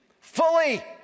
Fully